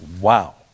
Wow